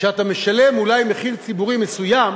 שאתה משלם אולי מחיר ציבורי מסוים